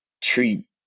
treat